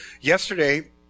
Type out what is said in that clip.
yesterday